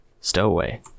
stowaway